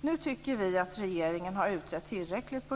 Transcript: Nu tycker vi att regeringen har utrett